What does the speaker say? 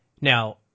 Now